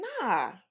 nah